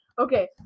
Okay